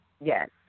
Yes